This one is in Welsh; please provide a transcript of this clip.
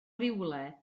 rywle